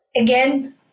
again